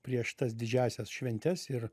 prieš tas didžiąsias šventes ir